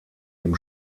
ihm